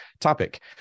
topic